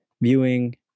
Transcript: viewing